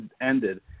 ended